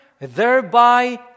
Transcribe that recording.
thereby